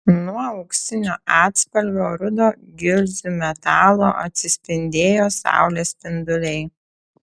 nuo auksinio atspalvio rudo gilzių metalo atsispindėjo saulės spinduliai